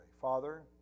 Father